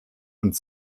und